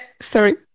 sorry